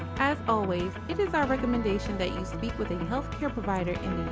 as always, it is our recommendation that you speak with a healthcare provider